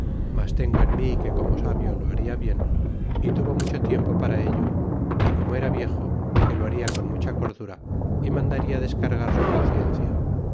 mas tengo en mi que como sabio lo baria bien y tuvo mucho tiempo para ello y como era viejo que lo hal ia con mucha cordura y mandaria descargar su conciencia